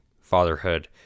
fatherhood